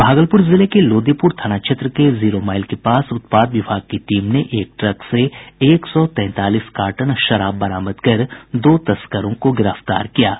भागलपुर जिले के लोदीपुर थाना क्षेत्र के जीरोमाईल के पास उत्पाद विभाग की टीम ने एक ट्रक से एक सौ तैंतालीस कार्टन शराब बरामद कर दो तस्करों को गिरफ्तार किया है